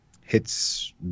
hits